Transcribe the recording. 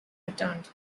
returned